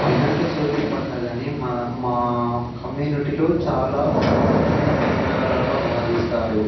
వినాయక చవితి పండుగని మా మా కమ్యూనిటీలో చాలా ప్రత్యేకమైన పండుగలాగా భావిస్తారు